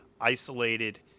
isolated